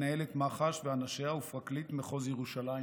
מינהלת מח"ש ואנשיה ופרקליט מחוז ירושלים,